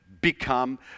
become